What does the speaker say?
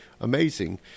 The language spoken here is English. amazing